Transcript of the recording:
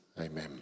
amen